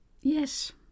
Yes